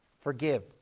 Forgive